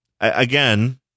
again